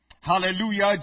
Hallelujah